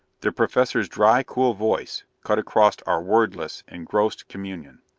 the professor's dry, cool voice cut across our wordless, engrossed communion.